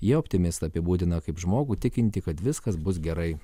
jie optimistą apibūdina kaip žmogų tikintį kad viskas bus gerai